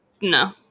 no